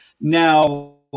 Now